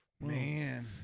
Man